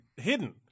hidden